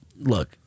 look –